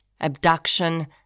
abduction